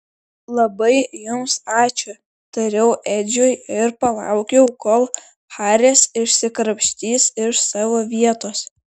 labai jums ačiū tariau edžiui ir palaukiau kol haris išsikrapštys iš savo vietos